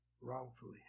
wrongfully